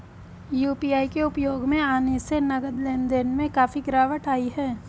UPI के उपयोग में आने से नगद लेन देन में काफी गिरावट आई हैं